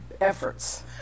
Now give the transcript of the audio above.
efforts